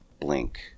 blink